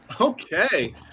Okay